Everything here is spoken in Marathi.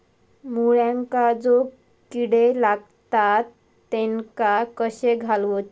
मुळ्यांका जो किडे लागतात तेनका कशे घालवचे?